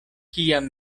kiam